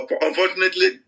Unfortunately